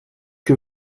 que